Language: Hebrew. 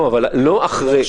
לא אחרי.